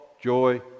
joy